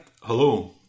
Hello